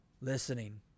listening